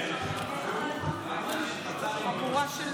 תודה.